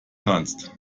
kannst